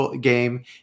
game